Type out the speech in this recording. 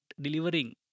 delivering